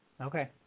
Okay